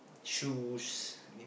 shoes